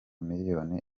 miliyoni